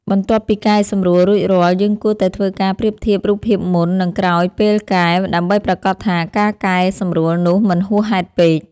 បន្ទាប់ពីកែសម្រួលរួចរាល់ យើងគួរតែធ្វើការប្រៀបធៀបរូបភាពមុន និងក្រោយពេលកែ ដើម្បីប្រាកដថាការកែសម្រួលនោះមិនហួសហេតុពេក។